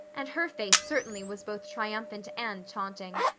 and her face certainly was both triumphant and taunting.